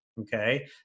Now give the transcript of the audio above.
Okay